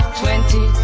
twenty